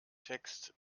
text